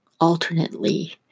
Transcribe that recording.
alternately